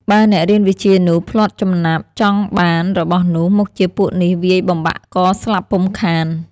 បើអ្នករៀនវិជ្ជានោះ ភ្លាត់ចំណាប់ ចង់បានរបស់នោះ មុខជាពួកនេះវាយបំបាក់កស្លាប់ពុំខាន ។